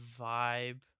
vibe